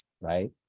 right